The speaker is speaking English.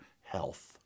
health